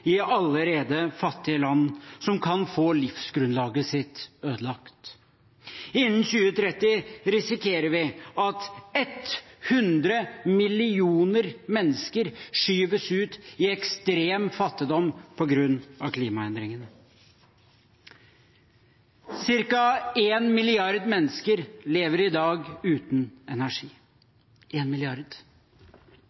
i allerede fattige land som kan få livsgrunnlaget sitt ødelagt. Innen 2030 risikerer vi at 100 millioner mennesker skyves ut i ekstrem fattigdom på grunn av klimaendringene. Cirka én milliard mennesker lever i dag uten energi